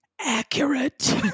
Accurate